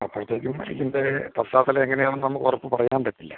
അപ്പോഴത്തേക്കും ഇതിൻ്റെ പശ്ചാത്തലം എങ്ങനെയാണെന്ന് നമുക്കുറപ്പ് പറയാൻ പറ്റില്ല